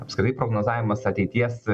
apskritai prognozavimas ateities